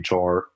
HR